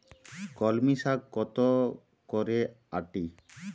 কলমি শাখ কত করে আঁটি?